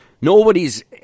Nobody's